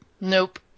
Nope